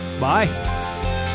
Bye